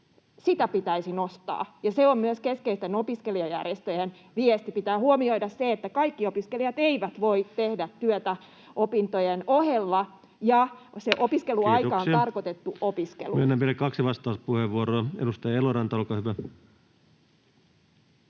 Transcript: Sitä pitäisi nostaa! Se on myös keskeisten opiskelijajärjestöjen viesti. Pitää huomioida se, että kaikki opiskelijat eivät voi tehdä työtä opintojen ohella ja opiskeluaika [Puhemies: Kiitoksia!] on tarkoitettu opiskeluun. Myönnän vielä kaksi vastauspuheenvuoroa. — Edustaja Eloranta, olkaa hyvä.